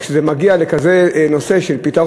וזה מגיע לכזה פתרון.